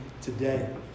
today